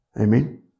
Amen